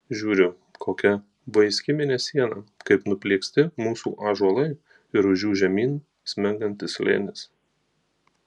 žiūriu kokia vaiski mėnesiena kaip nuplieksti mūsų ąžuolai ir už jų žemyn smengantis slėnis